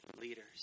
leaders